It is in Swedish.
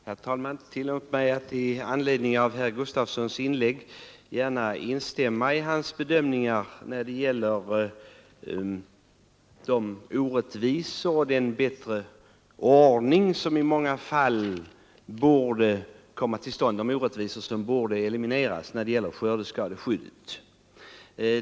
Herr talman! Låt mig instämma i vad herr Gustafsson i Stenkyrka sade om de orättvisor som finns och som borde elimineras och den bättre ordning som borde komma till stånd när det gäller skördeskadeskyddet.